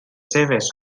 seves